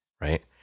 right